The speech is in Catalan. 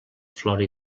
flora